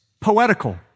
poetical